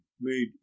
made